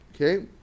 Okay